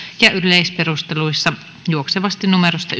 ja yleisperusteluissa juoksevasti numerosta